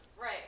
Right